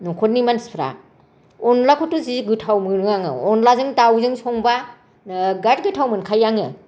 न'खरनि मानसिफ्रा अनलाखौथ' जि गोथाव मोनो आङो अनलाजों दाउजों संबा नोगोद गोथाव मोनखायो आङो